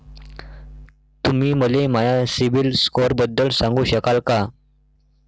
तुम्ही मले माया सीबील स्कोअरबद्दल सांगू शकाल का?